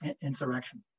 insurrection